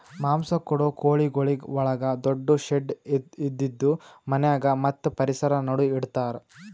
ಮಾಂಸ ಕೊಡೋ ಕೋಳಿಗೊಳಿಗ್ ಒಳಗ ದೊಡ್ಡು ಶೆಡ್ ಇದ್ದಿದು ಮನ್ಯಾಗ ಮತ್ತ್ ಪರಿಸರ ನಡು ಇಡತಾರ್